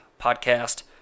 podcast